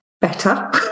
better